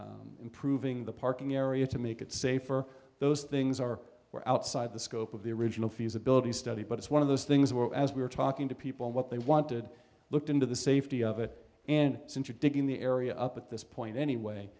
about improving the parking area to make it safer those things are outside the scope of the original feasibility study but it's one of those things were as we were talking to people what they wanted looked into the safety of it and since you're digging the area up at this point anyway